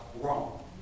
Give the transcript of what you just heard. wrong